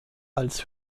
als